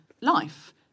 life